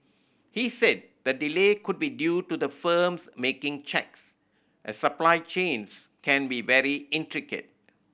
he said the delay could be due to the firms making checks as supply chains can be very intricate